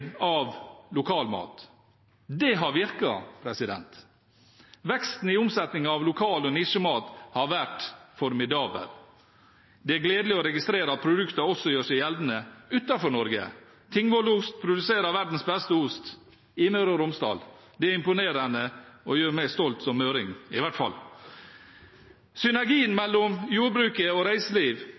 av lokalmat. Det har virket. Veksten i omsetningen av lokal- og nisjemat har vært formidabel. Det er gledelig å registrere at produktene også gjør seg gjeldende utenfor Norge. Tingvollost produserer verdens beste ost, i Møre og Romsdal. Det er imponerende og gjør meg stolt som møring, i hvert fall. Synergien mellom jordbruket og reiseliv,